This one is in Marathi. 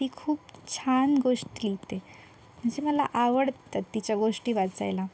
ती खूप छान गोष्ट लिहिते म्हणजे मला आवडतात तिच्या गोष्टी वाचायला